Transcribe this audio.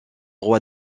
roy